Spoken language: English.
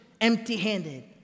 empty-handed